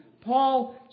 Paul